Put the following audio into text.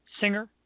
Singer